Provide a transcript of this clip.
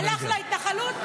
הלך להתנחלות?